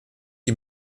die